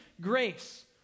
grace